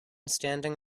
standing